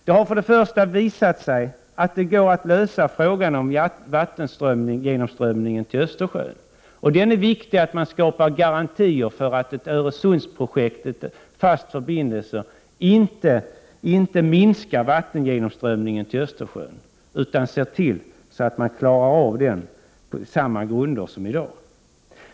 Det har till att börja med visat sig att det går att lösa frågan om vattengenomströmningen till Östersjön. Det är viktigt att skapa garantier för att en fast förbindelse över Öresund inte minskar vattengenomströmningen till Östersjön. Det gäller att se till att klara av den på samma grunder som i dag.